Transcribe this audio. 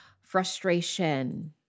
frustration